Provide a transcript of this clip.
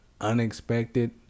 unexpected